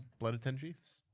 blood of ten chiefs?